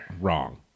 Wrong